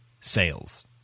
sales